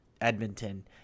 Edmonton